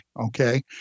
Okay